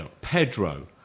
Pedro